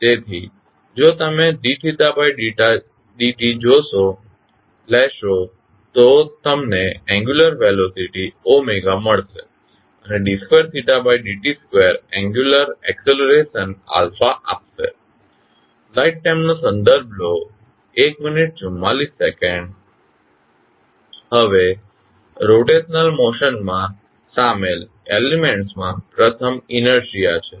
તેથી જો તમે d d t લેશો તો તમને એંગ્યુલર વેલોસીટી મળશે અને d 2d t 2 angular acceleration આપશે હવે રોટેશનલ મોશનમાં સામેલ એલીમેન્ટસ માં પ્રથમ ઇનેર્શીઆ છે